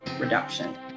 reduction